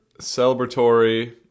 celebratory